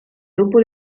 dopo